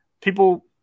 people